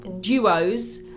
duos